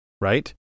right